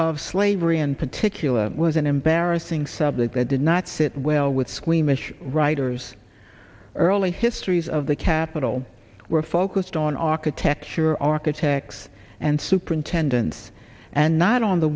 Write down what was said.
of slavery in particular was an embarrassing subject that did not sit well with squeamish writers early histories of the capital were focused on architecture architects and superintendents and not on the